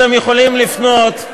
אתם יכולים לפנות,